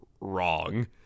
wrong